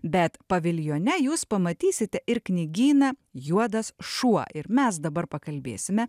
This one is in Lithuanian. bet paviljone jūs pamatysite ir knygyną juodas šuo ir mes dabar pakalbėsime